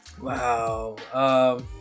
Wow